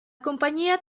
compañía